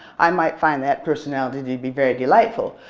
i might find that personality to be very delightful,